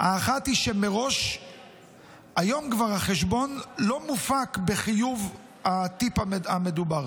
היא שמראש היום כבר החשבון לא מופק בחיוב הטיפ המדובר.